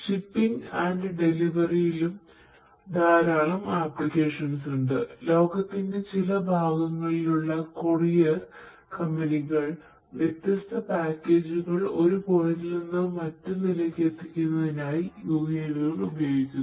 shipping and ഡെലിവറിയിലും ഒരു പോയിന്റിൽ നിന്ന് മറ്റൊന്നിലേക്ക് എത്തിക്കുന്നതിനായി UAV കൾ ഉപയോഗിക്കുന്നു